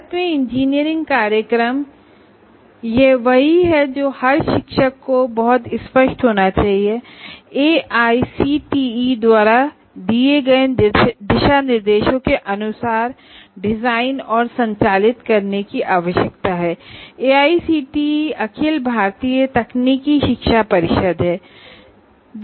भारत में engineering program यही वह है जो हर शिक्षक को बहुत स्पष्ट होना चाहिए एआईसीटीई द्वारा दिए गए दिशानिर्देशों के अनुसार डिजाइन और संचालित करने की आवश्यकता है AICTE all India council of technical education है